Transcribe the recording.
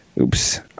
Oops